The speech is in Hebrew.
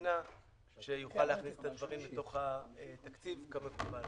מדינה שיוכל להכניס את הדברים בתוך התקציב כמקובל.